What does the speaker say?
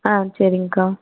ஆ செரிங்க்கா